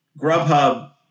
Grubhub